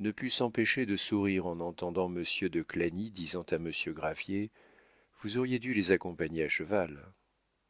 ne put s'empêcher de sourire en entendant monsieur de clagny disant à monsieur gravier vous auriez dû les accompagner à cheval